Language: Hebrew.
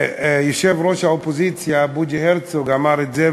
יושב-ראש האופוזיציה בוז'י הרצוג אמר את זה,